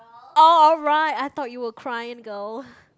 alright I thought you were crying girl